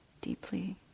deeply